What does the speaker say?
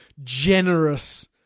Generous